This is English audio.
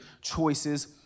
choices